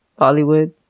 Bollywood